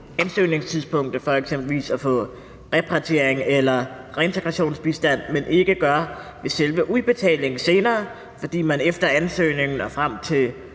for eksempelvis at få repatrieringsstøtte eller reintegrationsbistand, men ikke gør det ved selve udbetalingen senere, fordi man efter ansøgningen og frem til